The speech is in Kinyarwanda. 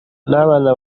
n’abana